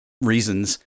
reasons